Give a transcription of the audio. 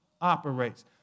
operates